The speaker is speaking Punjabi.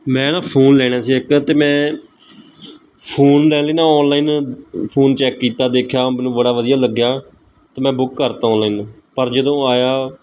ਮੈਂ ਨਾ ਫੋਨ ਲੈਣਾ ਸੀ ਇੱਕ ਅਤੇ ਮੈਂ ਫੋਨ ਲੈਣ ਲਈ ਨਾ ਆਨਲਾਈਨ ਫੋਨ ਚੈੱਕ ਕੀਤਾ ਦੇਖਿਆ ਉਹ ਮੈਨੂੰ ਬੜਾ ਵਧੀਆ ਲੱਗਿਆ ਅਤੇ ਮੈਂ ਬੁੱਕ ਕਰਤਾ ਆਨਲਾਈਨ ਪਰ ਜਦੋਂ ਆਇਆ